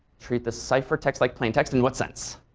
treat the ciphertext like plaintext. in what sense?